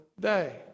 day